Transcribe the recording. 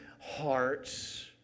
hearts